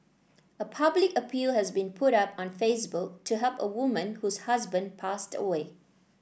a public appeal has been put up on Facebook to help a woman whose husband passed away